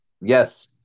Yes